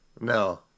No